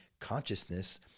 consciousness